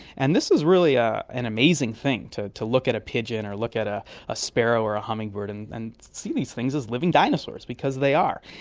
and this is really ah an amazing thing, to to look at a pigeon or look at a a sparrow or a hummingbird and and see these things as living dinosaurs, because they are.